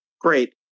Great